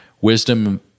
wisdom